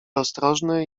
ostrożny